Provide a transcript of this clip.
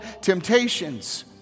temptations